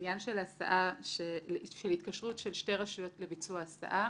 לעניין התקשרות של שתי רשויות לביצוע הסעה.